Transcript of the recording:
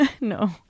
no